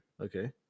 Okay